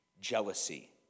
jealousy